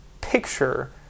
picture